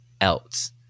else